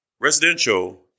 residential